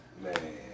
Man